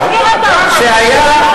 תשאיר אותו.